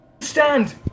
Stand